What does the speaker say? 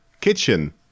kitchen